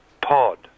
pod